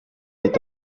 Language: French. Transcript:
est